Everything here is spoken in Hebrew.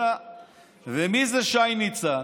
ומי זה שי ניצן?